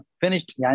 finished